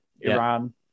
iran